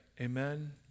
amen